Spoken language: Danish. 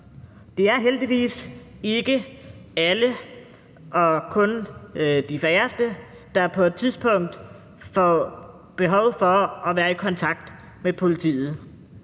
Det er heldigvis ikke alle og kun de færreste, der på et tidspunkt får behov for at være i kontakt med politiet.